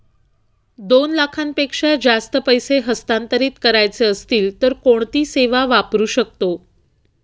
दोन लाखांपेक्षा जास्त पैसे हस्तांतरित करायचे असतील तर कोणती सेवा वापरू शकतो?